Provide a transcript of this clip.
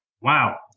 Wow